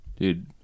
Dude